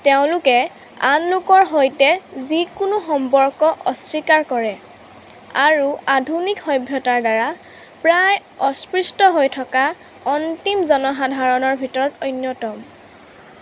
তেওঁলোকে আন লোকৰ সৈতে যিকোনো সম্পৰ্ক অস্বীকাৰ কৰে আৰু আধুনিক সভ্যতাৰ দ্বাৰা প্ৰায় অস্পৃশ্য হৈ থকা অন্তিম জনসাধাৰণৰ ভিতৰত অন্যতম